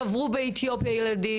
קברו באתיופיה ילדים.